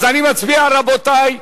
אז אני מצביע, רבותי,